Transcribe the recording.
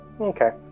Okay